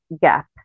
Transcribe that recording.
gap